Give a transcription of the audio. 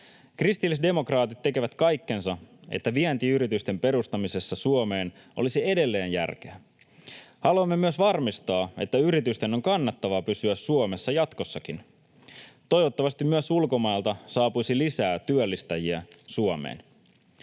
Kristillisdemokraatit tekevät kaikkensa, että vientiyritysten perustamisessa Suomeen olisi edelleen järkeä. Haluamme myös varmistaa, että yritysten on kannattavaa pysyä Suomessa jatkossakin. Toivottavasti myös ulkomailta saapuisi lisää työllistäjiä Suomeen.